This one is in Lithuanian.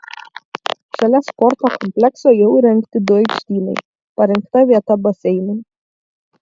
šalia sporto komplekso jau įrengti du aikštynai parinkta vieta baseinui